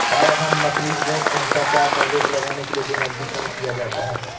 कालाधन, नकली नोट, भ्रष्टाचार पर रोक लगाने के लिए विमुद्रीकरण किया जाता है